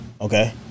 Okay